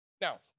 Now